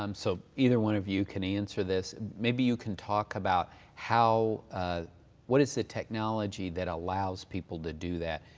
um so either one of you can answer this. maybe you can talk about ah what is the technology that allows people to do that,